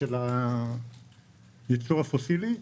של הייצור הפוסילי.